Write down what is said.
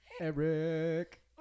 Eric